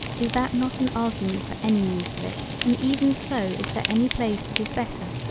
is that not an argument for any use of it and even so is there any place that is better,